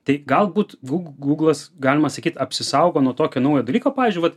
tai galbūt gu guglas galima sakyt apsisaugo nuo tokio naujo dalyko pavyzdžiui vat